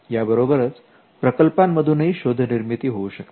याबरोबरच प्रकल्पा मधूनही शोध निर्मिती होऊ शकते